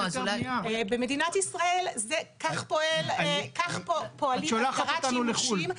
במדינת ישראל כך פועלים בהסדרת שימושים.